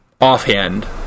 offhand